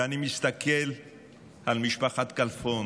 ואני מסתכל על משפחת כלפון